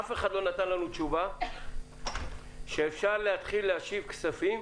אף אחד לא נתן לנו תשובה שאפשר להתחיל להשיב כספים